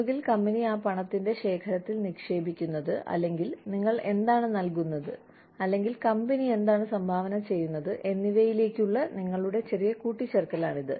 ഒന്നുകിൽ കമ്പനി ആ പണത്തിന്റെ ശേഖരത്തിൽ നിക്ഷേപിക്കുന്നത് അല്ലെങ്കിൽ നിങ്ങൾ എന്താണ് നൽകുന്നത് അല്ലെങ്കിൽ കമ്പനി എന്താണ് സംഭാവന ചെയ്യുന്നത് എന്നിവയിലേക്കുള്ള നിങ്ങളുടെ ചെറിയ കൂട്ടിച്ചേർക്കലാണ് ഇത്